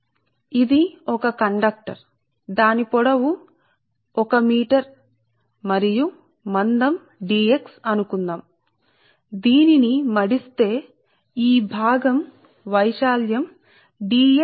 ఇది మీ కండక్టర్ ఇది ఒక కండక్టర్ అని అనుకుందాం ఈ పొడవు ఈ పొడవు 1 మీటర్ మరియు మీకు ఈ మందం dx ఉంటే ఈ మందం సరే ఉంటే మీరు దాన్ని మడవండి అప్పుడు ఈ మందం dx మరియు ఈ పొడవు 1 మీటర్